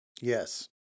Yes